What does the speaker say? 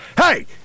Hey